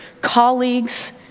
colleagues